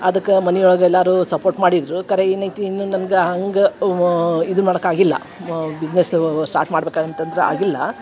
ಅದಕ್ಕೆ ಮನೆ ಒಳಗೆ ಎಲ್ಲರೂ ಸಪೋರ್ಟ್ ಮಾಡಿದ್ದರು ಖರೆ ಏನು ಐತಿ ಇನ್ನೂ ನಮ್ಗೆ ಹಂಗೆ ಇದು ಮಾಡಕ್ಕೆ ಆಗಿಲ್ಲ ಮ ಬಿಸ್ನೆಸ್ಸು ಸ್ಟಾರ್ಟ್ ಮಾಡ್ಬೇಕು ಅಂತಂದ್ರೆ ಆಗಿಲ್ಲ